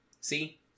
See